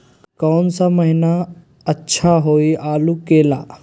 कौन सा महीना अच्छा होइ आलू के ला?